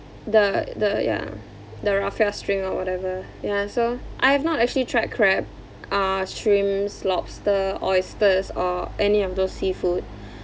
the the ya the raffia string or whatever yeah so I have not actually tried crab uh shrimps lobster oysters or any of those seafood